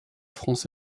france